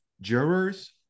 jurors